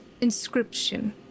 inscription